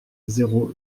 zéro